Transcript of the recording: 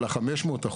אלא 500%,